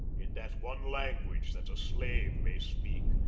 in that one language that a slave may speak,